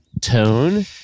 tone